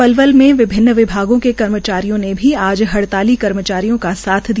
पलवल में विभिन्न विभागों के कर्मचारियों ने भी आज हड़ताली कर्मचारियों का साथ दिया